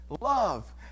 love